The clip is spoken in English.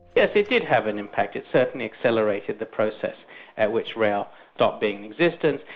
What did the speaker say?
yes it did have an impact it certainly accelerated the process at which rail stopped being existent,